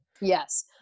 yes